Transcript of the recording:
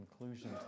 conclusion